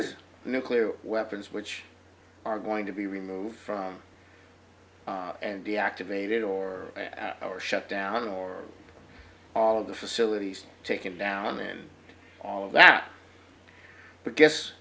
careers nuclear weapons which are going to be removed from and deactivated or or shut down or all of the facilities taken down and all of that but guess